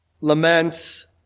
laments